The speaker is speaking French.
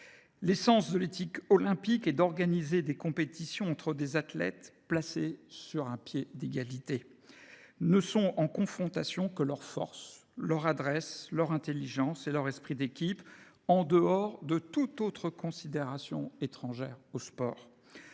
L’essence de l’éthique olympique est d’organiser des compétitions entre des athlètes placés sur un pied d’égalité. Ces derniers ne confrontent que leur force, leur adresse, leur intelligence et leur esprit d’équipe, en dehors de toute autre considération étrangère au sport.